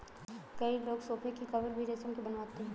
कई लोग सोफ़े के कवर भी रेशम के बनवाते हैं